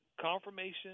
confirmation